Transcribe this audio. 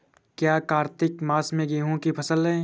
क्या कार्तिक मास में गेहु की फ़सल है?